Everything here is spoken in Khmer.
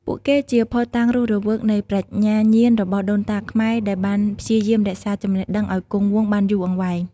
ពួកគេជាភស្តុតាងរស់រវើកនៃប្រាជ្ញាញាណរបស់ដូនតាខ្មែរដែលបានព្យាយាមរក្សាចំណេះដឹងឱ្យគង់វង្សបានយូរអង្វែង។